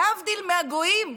להבדיל מהגויים,